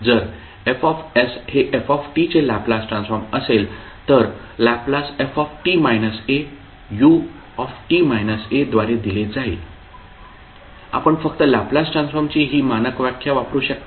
जर F हे f चे लॅपलास ट्रान्सफॉर्म असेल तर Lft au द्वारे दिले जाईल आपण फक्त लॅपलास ट्रान्सफॉर्म ची ही मानक व्याख्या वापरू शकता